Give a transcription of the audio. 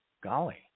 Golly